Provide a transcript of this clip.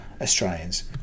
Australians